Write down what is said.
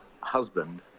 husband